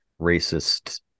racist